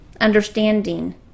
understanding